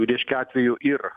reiškia atveju ir